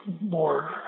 more